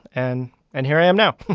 and and here i am now